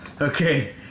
Okay